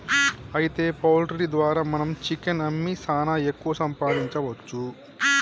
అయితే పౌల్ట్రీ ద్వారా మనం చికెన్ అమ్మి సాన ఎక్కువ సంపాదించవచ్చు